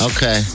Okay